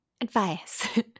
advice